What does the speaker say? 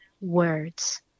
words